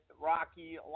Rocky